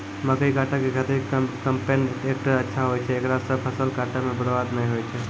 मकई काटै के खातिर कम्पेन टेकटर अच्छा होय छै ऐकरा से फसल काटै मे बरवाद नैय होय छै?